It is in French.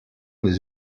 des